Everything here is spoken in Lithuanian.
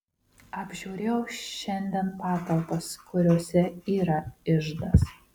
apžiūrėjau šiandien patalpas kuriose yra iždas